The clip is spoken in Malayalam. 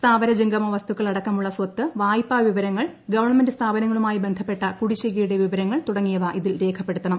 സ്ഥാവര ജംഗമവസ്തുക്കൾ അടക്കമുള്ള ് സ്ത്ത് വായ്പാ വിവരങ്ങൾ ഗവൺമെന്റ് സ്ഥാപനങ്ങളുമായി ബന്ധപ്പെട്ട കുടിശ്ശികയുടെ വിവരങ്ങൾ തുടങ്ങിയവ ഇതിൽ രേഖപ്പെടുത്തണം